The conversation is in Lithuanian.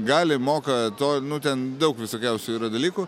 gali moka to nu ten daug visokiausių yra dalykų